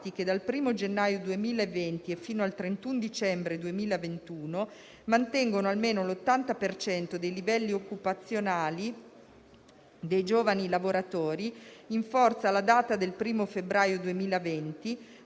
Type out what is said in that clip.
che, dal 1° gennaio 2020 e fino al 31 dicembre 2021, mantengono almeno l'80 per cento dei livelli occupazionali dei giovani lavoratori in forza alla data del 1° febbraio 2020,